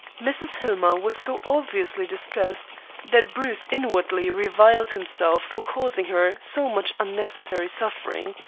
mrs. hillmer was so obviously distressed that bruce inwardly reviled himself for causing her so much unnecessary suffering.